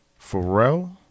Pharrell